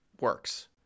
works